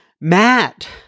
Matt